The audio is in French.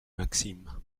maxime